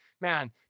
Man